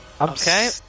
Okay